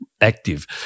active